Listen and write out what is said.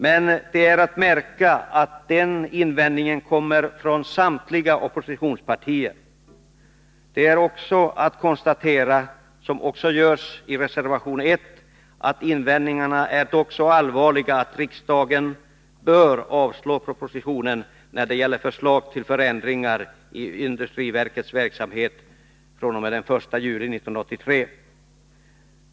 Men det är att märka att invändningarna kommer från samtliga oppositionspartier. Det är också att konstatera, vilket även görs i reservation 1, att invändningarna är så allvarliga att riksdagen bör avslå propositionen när det gäller förslag till förändringar i industriverkets verksamhet fr.o.m. den 1 juli 1983.